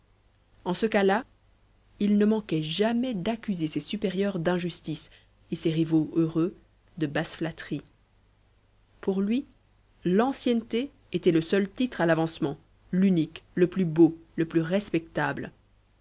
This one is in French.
en ce cas-là il ne manquait jamais d'accuser ses supérieurs d'injustice et ses rivaux heureux de basse flatterie pour lui l'ancienneté était le seul titre à l'avancement l'unique le plus beau le plus respectable